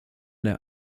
der